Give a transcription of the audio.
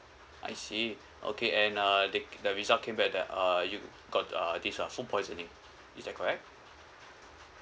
I see okay and uh they the result came back that uh you got uh this uh food poisoning is that correct